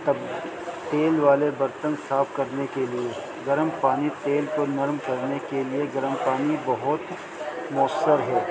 تب تیل والے برتن صاف کرنے کے لیے گرم پانی تیل کو نرم کرنے کے لیے گرم پانی بہت مؤثر ہے